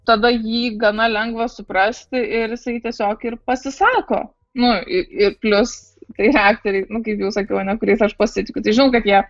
tada jį gana lengva suprasti ir jisai tiesiog ir pasisako nu ir ir plius tai yra aktoriai nu kaip jau sakiau ar ne kuriais aš pasitikiu tai žinau kad jie